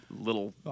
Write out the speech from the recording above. little